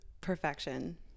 perfection